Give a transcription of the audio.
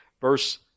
verse